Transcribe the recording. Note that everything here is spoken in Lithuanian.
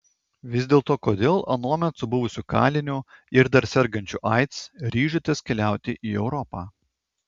vis dėlto kodėl anuomet su buvusiu kaliniu ir dar sergančiu aids ryžotės keliauti į europą